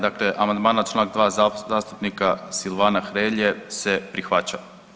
Dakle, amandman na čl. 2 zastupnika Silvana Hrelje se prihvaća.